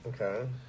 okay